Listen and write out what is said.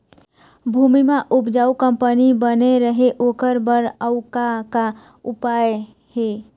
भूमि म उपजाऊ कंपनी बने रहे ओकर बर अउ का का उपाय हे?